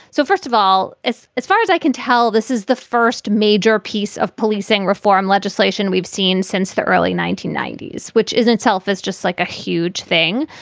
so first of all, as far as i can tell, this is the first major piece of policing reform legislation we've seen since the early nineteen ninety s, which isn't self is just like a huge thing,